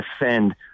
defend